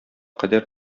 кадәр